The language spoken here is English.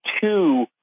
two